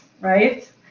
right